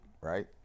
right